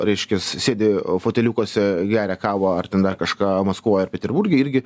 reiškias sėdi foteliukuose geria kavą ar ten dar kažką maskvoj ar peterburge irgi